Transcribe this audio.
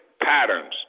patterns